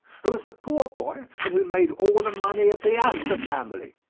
who was a poor boy and who made all the money of the astor family.